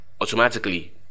automatically